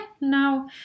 now